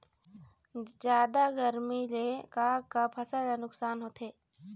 जादा गरमी ले का का फसल ला नुकसान होथे?